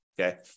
okay